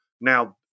now